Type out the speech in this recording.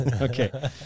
Okay